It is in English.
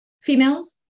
females